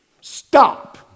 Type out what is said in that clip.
Stop